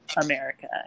America